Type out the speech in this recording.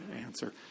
answer